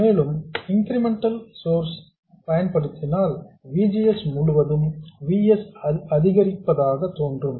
மேலும் incremental source ஐ பயன்படுத்தினால் V G S முழுவதும் V s அதிகரிப்பதாக தோன்றும்